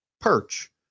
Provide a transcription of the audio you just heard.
perch